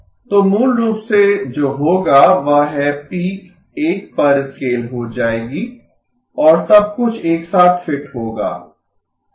तो मूल रूप से जो होगा वह है कि पीक 1 पर स्केल हो जायेगी और सब कुछ एक साथ फिट होगा हाँ